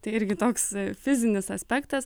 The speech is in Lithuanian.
tai irgi toks fizinis aspektas